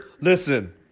Listen